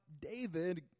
David